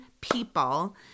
people